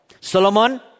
Solomon